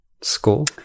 school